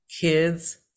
kids